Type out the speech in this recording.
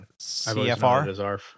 CFR